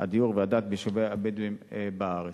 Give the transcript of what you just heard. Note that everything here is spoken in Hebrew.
הדיור והדת ביישובי הבדואים בארץ.